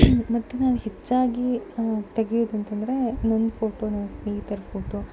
ಮತ್ತೆ ನಾನು ಹೆಚ್ಚಾಗಿ ತೆಗೆಯೋದಂತಂದ್ರೆ ನನ್ನ ಫೋಟೋ ನನ್ನ ಸ್ನೇಹಿತರ ಫೋಟೋ